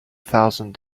thousand